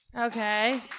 Okay